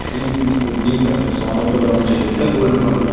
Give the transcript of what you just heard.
जी जी सर सोने पे लौन चाहिए था गोल्ड लौन